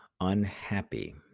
unhappy